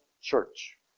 church